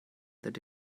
that